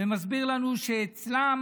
ומסביר לנו שאצלם,